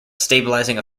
stabilizing